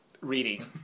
reading